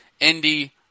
Indy